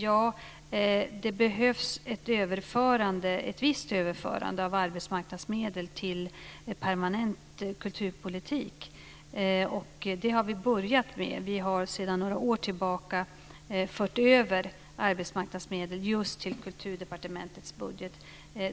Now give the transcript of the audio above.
Ja, det behövs ett visst överförande av arbetsmarknadsmedel till permanent kulturpolitik. Det har vi börjat med. Sedan några år tillbaka har vi fört över arbetsmarknadsmedel till just Kulturdepartementets budget.